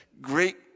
great